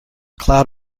cloud